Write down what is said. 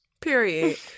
Period